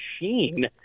machine